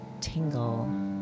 tingle